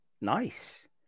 Nice